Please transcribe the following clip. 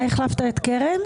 אתה מחליף את קרן?